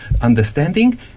understanding